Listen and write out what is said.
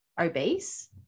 obese